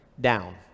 down